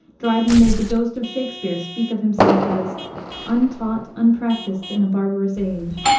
dryden made the ghost of shakspere speak of himself as untaught, unpracticed in a barbarous age.